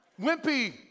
wimpy